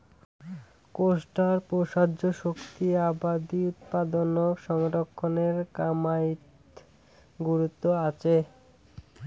কোষ্টার প্রসার্য শক্তি আবাদি উৎপাদনক সংরক্ষণের কামাইয়ত গুরুত্ব আচে